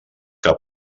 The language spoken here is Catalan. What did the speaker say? que